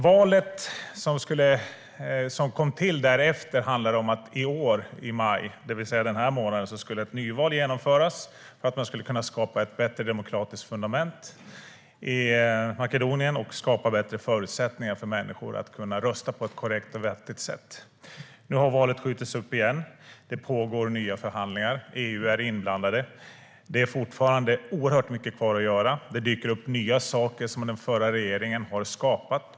Det val som kom till därefter handlade om att ett nyval skulle genomföras i maj i år, alltså den här månaden, för att man skulle kunna skapa ett bättre demokratiskt fundament i Makedonien och skapa bättre förutsättningar för människor att rösta på ett korrekt och vettigt sätt. Nu har valet skjutits upp igen. Det pågår nya förhandlingar. EU är inblandat. Det är fortfarande oerhört mycket kvar att göra. Det dyker upp nya saker som den förra regeringen har skapat.